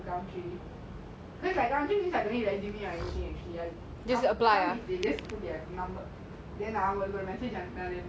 they just showing me an they led me to gumtree and like gumtree means I don't need resume